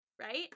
right